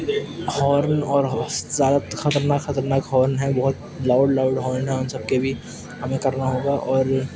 horn اور زیادہ خطرناک خطرناک ہارن ہیں بہت لاؤڈ لاؤڈ ہارن ہیں ان سب کے بھی ہمیں کرنا ہوگا اور یہ